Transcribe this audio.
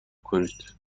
کنید